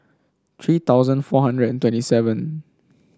three thousand four hundred and twenty seven